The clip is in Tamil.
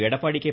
எடப்பாடி கே